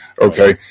okay